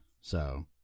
so-